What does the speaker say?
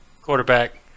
Quarterback